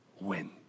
win